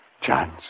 chance